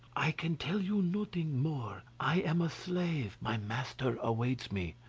i can tell you nothing more i am a slave, my master awaits me,